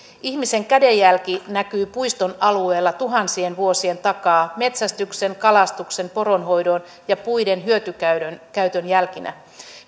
ihmisen kädenjälki näkyy puiston alueella tuhansien vuosien takaa metsästyksen kalastuksen poronhoidon ja puiden hyötykäytön jälkinä